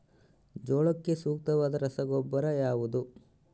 ಜೋಳಕ್ಕೆ ಸೂಕ್ತವಾದ ರಸಗೊಬ್ಬರ ಯಾವುದು?